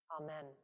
Amen